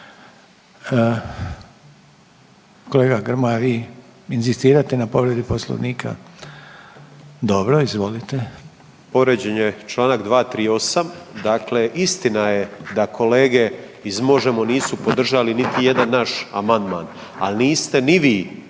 Kolega Grmoja, vi inzistirate na povredi Poslovnika? Dobro, izvolite. **Grmoja, Nikola (MOST)** Povrijeđen je čl. 238., dakle, istina je da kolege iz Možemo! nisu podržali niti jedan naš amandman ali niste ni vi